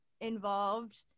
involved